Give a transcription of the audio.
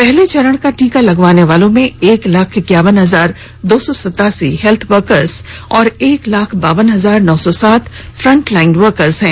पहले चरण का टीका लगवाने वालों में एक लाख इक्यावन हजार दो सौ सत्तासी हेल्थ वर्कर्स और एक लाख बावन हजार नौ सौ सात फ्रंटलाइन वर्कर्स हैं